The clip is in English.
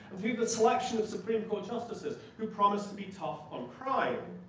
and through the selection of supreme court justices who promise to be tough on crime,